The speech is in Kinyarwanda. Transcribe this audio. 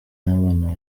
n’abana